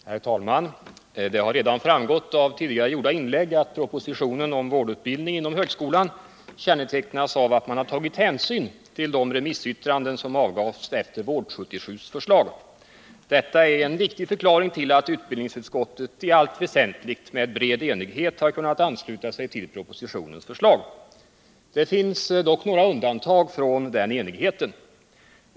Herr talman! Det har redan framgått av tidigare gjorda inlägg att propositionen om vårdutbildning inom högskolan kännetecknas av att man har tagit hänsyn till de remissyttranden som avgavs efter Vård 77:s förslag. Detta är en viktig förklaring till att utbildningsutskottet i allt väsentligt med bred enighet har kunnat ansluta sig till propositionens förslag. Det finns dock några undantag från den enigheten.